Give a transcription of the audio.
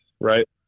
right